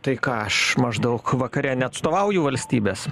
tai ką aš maždaug vakare neatstovauju valstybės